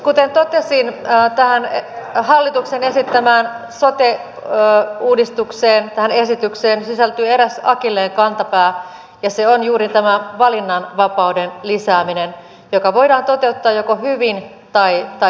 kuten totesin tähän hallituksen esittämään sote uudistukseen tähän esitykseen sisältyy eräs akilleenkantapää ja se on juuri tämä valinnanvapauden lisääminen joka voidaan toteuttaa joko hyvin tai huonosti